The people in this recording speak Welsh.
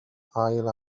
ail